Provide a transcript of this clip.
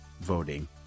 voting